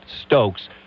Stokes